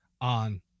on